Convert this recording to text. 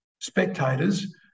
spectators